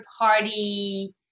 party